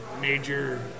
major